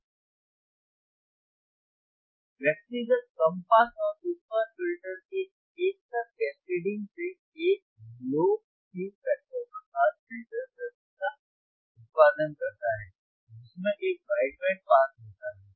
तो व्यक्तिगत कम पास और उच्च पास फिल्टर के एक साथ कैस्केडिंग से एक लो Q फैक्टर प्रकार फिल्टर सर्किट का उत्पादन करता है जिसमें एक वाइड बैंड पास होता है